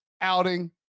outing